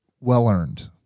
well-earned